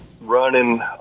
running